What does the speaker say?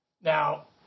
Now